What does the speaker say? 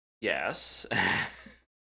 yes